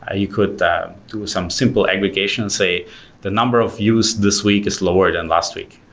ah you could do some simple aggregation, say the number of use this week is lower than last week.